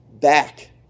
back